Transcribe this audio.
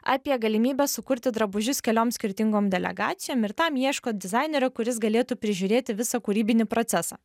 apie galimybę sukurti drabužius keliom skirtingom delegacijom ir tam ieško dizainerio kuris galėtų prižiūrėti visą kūrybinį procesą